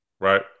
Right